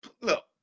Look